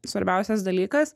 svarbiausias dalykas